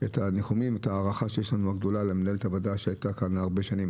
ניחומים ואת ההערכה הגדולה שיש לנו למנהלת הוועדה שהייתה כאן הרבה שנים.